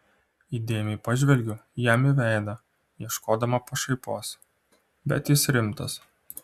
įdėmiai pažvelgiu jam į veidą ieškodama pašaipos bet jis rimtas